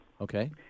Okay